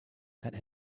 that